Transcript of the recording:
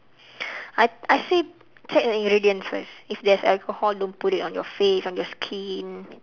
I I say check the ingredient first if there's alcohol don't put it on your face on your skin